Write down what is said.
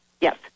Yes